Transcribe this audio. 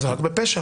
זה רק בפשע.